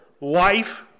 Life